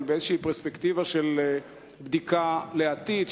אבל באיזו פרספקטיבה של בדיקה לעתיד,